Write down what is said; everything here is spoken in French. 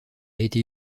été